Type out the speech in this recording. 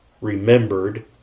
remembered